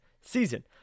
season